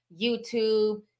YouTube